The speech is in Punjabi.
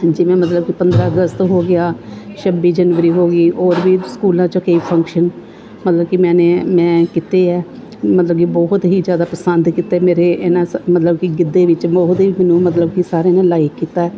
ਜਿਵੇਂ ਮਤਲਬ ਕਿ ਪੰਦਰਾਂ ਅਗਸਤ ਹੋ ਗਿਆ ਛੱਬੀ ਜਨਵਰੀ ਹੋ ਗਈ ਔਰ ਵੀ ਸਕੂਲਾਂ 'ਚੋਂ ਕਈ ਫੰਕਸ਼ਨ ਮਤਲਬ ਕਿ ਮੈਂ ਮੈਂ ਕੀਤੇ ਆ ਮਤਲਬ ਕਿ ਬਹੁਤ ਹੀ ਜ਼ਿਆਦਾ ਪਸੰਦ ਕੀਤੇ ਮੇਰੇ ਇਹਨਾਂ ਮਤਲਬ ਕਿ ਗਿੱਧੇ ਵਿੱਚ ਬਹੁਤ ਹੀ ਮੈਨੂੰ ਮਤਲਬ ਕਿ ਸਾਰਿਆਂ ਨੇ ਲਾਈਕ ਕੀਤਾ